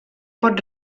pot